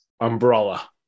umbrella